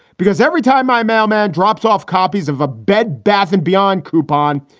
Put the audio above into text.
because every time my mama drops off copies of a bed, bath and beyond coupon,